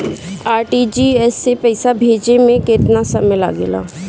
RTGS से पैसा भेजे में केतना समय लगे ला?